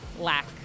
lack